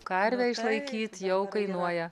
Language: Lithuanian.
karvę išlaikyt jau kainuoja